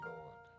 Lord